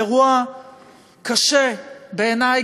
אירוע קשה בעיני,